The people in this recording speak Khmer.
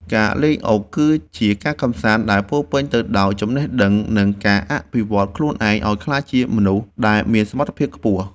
ការលេងអុកគឺជាការកម្សាន្តដែលពោរពេញទៅដោយចំណេះដឹងនិងការអភិវឌ្ឍខ្លួនឯងឱ្យក្លាយជាមនុស្សដែលមានសមត្ថភាពខ្ពស់។